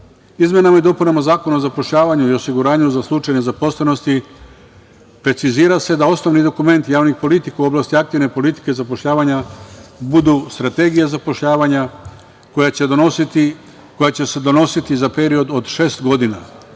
uzrasta. Izmenama i dopunama Zakona o zapošljavanju i osiguranju za slučaj nezaposlenosti precizira se da osnovni dokument Javnih politika u oblasti aktivne politike zapošljavanja budu strategija zapošljavanja koja će se donositi za period od šest godina,